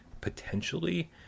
potentially